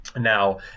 Now